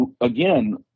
again